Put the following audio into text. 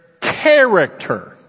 character